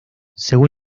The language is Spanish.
según